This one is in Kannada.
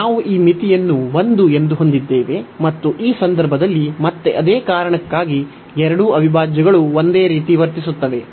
ನಾವು ಈ ಮಿತಿಯನ್ನು 1 ಎಂದು ಹೊಂದಿದ್ದೇವೆ ಮತ್ತು ಈ ಸಂದರ್ಭದಲ್ಲಿ ಮತ್ತೆ ಅದೇ ಕಾರಣಕ್ಕಾಗಿ ಎರಡೂ ಅವಿಭಾಜ್ಯಗಳು ಒಂದೇ ರೀತಿ ವರ್ತಿಸುತ್ತವೆ